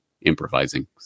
improvising